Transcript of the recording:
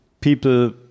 people